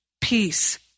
peace